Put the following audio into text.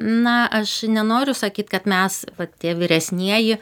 na aš nenoriu sakyt kad mes va tie vyresnieji